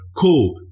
Cool